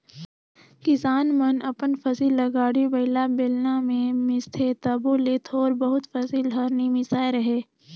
किसान मन अपन फसिल ल गाड़ी बइला, बेलना मे मिसथे तबो ले थोर बहुत फसिल हर नी मिसाए रहें